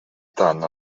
tant